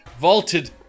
vaulted